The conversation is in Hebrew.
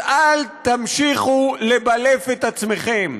אז אל תמשיכו לבלף לעצמכם,